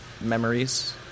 memories